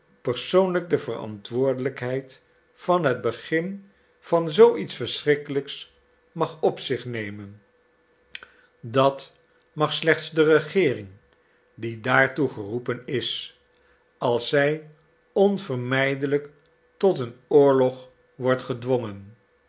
persoonlijk de verantwoordelijkheid van het begin van zoo iets verschrikkelijks mag op zich nemen dat mag slechts de regeering die daartoe geroepen is als zij onvermijdelijk tot een oorlog wordt gedwongen